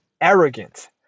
arrogant